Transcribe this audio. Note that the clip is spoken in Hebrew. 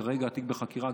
כרגע התיק בחקירה,